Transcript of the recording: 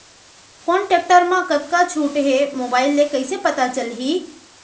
कोन टेकटर म कतका छूट हे, मोबाईल ले कइसे पता चलही?